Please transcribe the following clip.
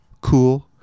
cool